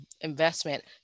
investment